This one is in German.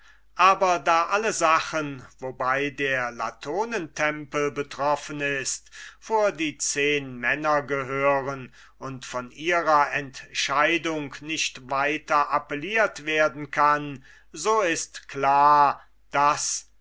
aber da alle sachen wobei der latonentempel betroffen ist vor die zehnmänner gehören und von ihrer entscheidung nicht weiter appelliert werden kann so ist klar daß